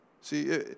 See